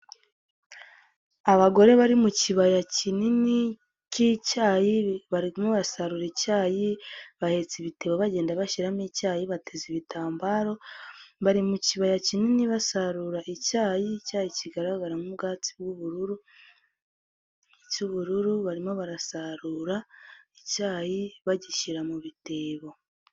Abagore bari mu kibaya kinini k'icyayi, barimo basarura icyayi, bahetse ibitebo bagenda bashyiramo icyayi bateze ibitambaro, bari mu kibaya kinini basarura icyayi, icyayi kigaragaramo ubwatsi bw'ubururu cy'ubururu, barimo barasarura icyayi bagishyira mu bitebo.